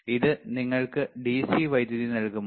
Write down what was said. ഇത് നിങ്ങൾക്ക് DC വൈദ്യുതി നൽകുമോ